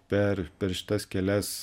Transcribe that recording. per per šitas kelias